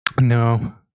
No